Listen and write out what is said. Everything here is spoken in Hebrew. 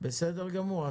בסדר גמור,